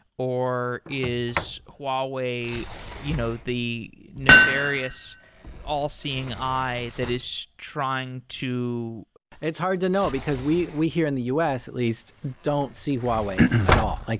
or is huawei you know the nefarious all seeing eye that is trying to it's hard to know, because we we here in the u s. at least don't see huawei at all. like